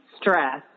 stress